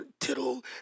tittle